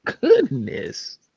goodness